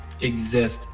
exist